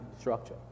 structure